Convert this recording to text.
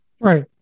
Right